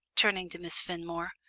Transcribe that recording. turning to miss fenmore.